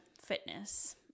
fitness